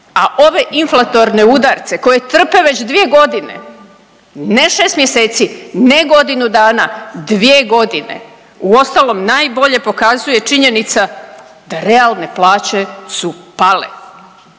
a ove inflatorne udarce koje trpe već dvije godine, ne šest mjeseci ne godinu dana, dvije godine. Uostalom najbolje pokazuje činjenica da realne plaće su pale.